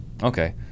Okay